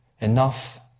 Enough